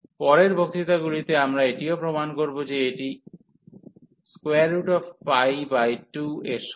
পরের বক্তৃতাগুলিতে আমরা এটিও প্রমাণ করব যে এটি 2 এর সমান